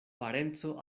parenco